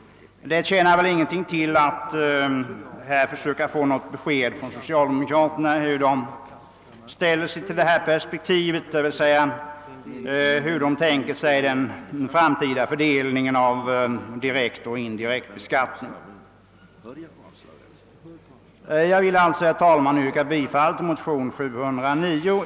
Det tjänar säkerligen ingenting till att försöka få besked från socialdemokraterna om deras inställning till detta perspektiv, d.v.s. hur de tänker sig den framtida fördelningen mellan direkt och indirekt beskattning. Jag vill alltså, herr talman, yrka bifall till motion nr II: 709.